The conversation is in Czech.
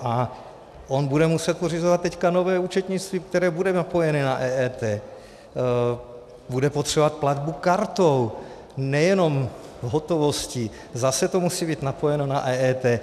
A on bude muset pořizovat teď nové účetnictví, které bude napojené na EET, bude potřebovat platbu kartou, nejenom v hotovosti, zase to musí být napojeno na EET.